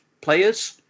players